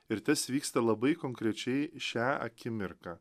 ir tas vyksta labai konkrečiai šią akimirką